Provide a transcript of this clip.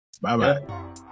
Bye-bye